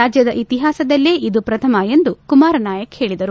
ರಾಜ್ಯದ ಇತಿಹಾಸದಲ್ಲೇ ಇದು ಪ್ರಥಮ ಎಂದು ಕುಮಾರ್ ನಾಯಕ್ ಹೇಳಿದರು